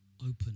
open